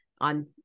on